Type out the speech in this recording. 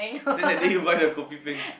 then that day you buy the kopi-peng